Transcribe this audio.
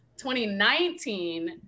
2019